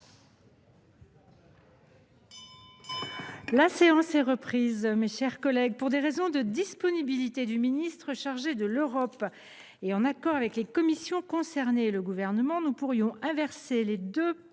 La séance est reprise. Mes chers collègues, pour des raisons tenant à l’agenda du ministre chargé de l’Europe, et en accord avec les commissions concernées et avec le Gouvernement, nous pourrions inverser les deux